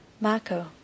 Marco